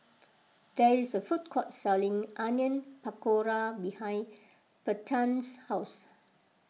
there is a food court selling Onion Pakora behind Bethann's house